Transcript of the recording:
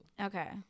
Okay